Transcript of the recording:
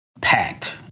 packed